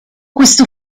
questo